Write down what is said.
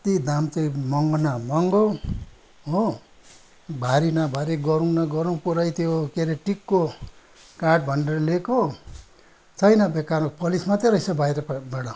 कति दाम चाहिँ महँगो न महँगो हो भारी न भारी गह्रौँ न गह्रौँ पुरै त्यो के रे टिकको काठ भनेर लिएको छैन बेकारमा पलिस मात्रै रहेछ बाहिरबाट